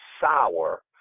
sour